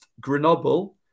Grenoble